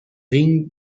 rink